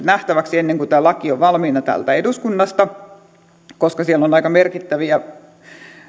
nähtäväksi ennen kuin tämä on valmiina täältä eduskunnasta koska siellä on aika merkittäviä